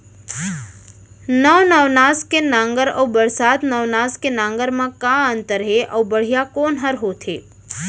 नौ नवनास के नांगर अऊ बरसात नवनास के नांगर मा का अन्तर हे अऊ बढ़िया कोन हर होथे?